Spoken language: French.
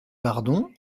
bardon